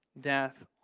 death